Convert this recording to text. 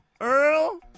Earl